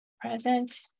present